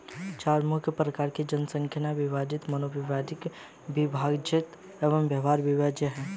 चार मुख्य प्रकार जनसांख्यिकीय विभाजन, मनोवैज्ञानिक विभाजन और व्यवहार विभाजन हैं